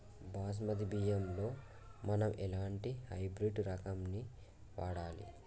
బాస్మతి బియ్యంలో మనం ఎలాంటి హైబ్రిడ్ రకం ని వాడాలి?